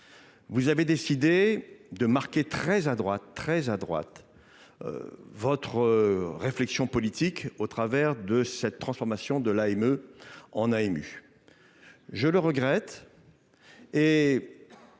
vous avez décidé de marquer très à droite votre réflexion politique, au moyen de cette transformation de l’AME en AMU. Je le regrette.